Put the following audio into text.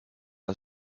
are